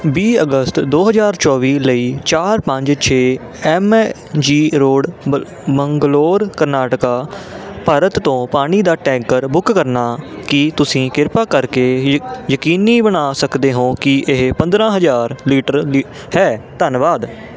ਵੀਹ ਅਗਸਤ ਦੋ ਹਜ਼ਾਰ ਚੌਵੀ ਲਈ ਚਾਰ ਪੰਜ ਛੇ ਐਮ ਜੀ ਰੋਡ ਬ ਬੰਗਲੌਰ ਕਰਨਾਟਕਾ ਭਾਰਤ ਤੋਂ ਪਾਣੀ ਦਾ ਟੈਂਕਰ ਬੁੱਕ ਕਰਨਾ ਕੀ ਤੁਸੀਂ ਕਿਰਪਾ ਕਰਕੇ ਯ ਯਕੀਨੀ ਬਣਾ ਸਕਦੇ ਹੋ ਕਿ ਇਹ ਪੰਦਰਾਂ ਹਜ਼ਾਰ ਲੀਟਰ ਲ ਹੈ